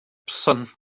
township